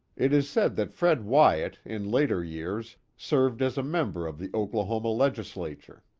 it is said that fred wyat, in later years, served as a member of the oklahoma legislature.